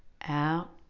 Out